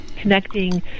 connecting